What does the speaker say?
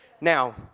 Now